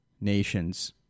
nations